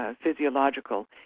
physiological